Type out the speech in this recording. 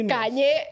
Kanye